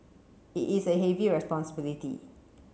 it is a heavy responsibility